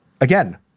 Again